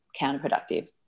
counterproductive